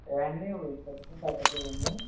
ఏవండీ ఉత్తప్పుడు చెప్పట్లేదా అండి